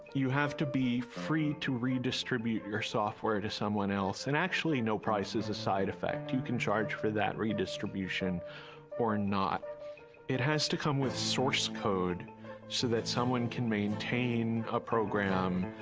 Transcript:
you have to be free to redistribute your software to someone else and actually no price is a side effect you can charge for that redistribution or not it has to come with source code so that someone can maintain a program.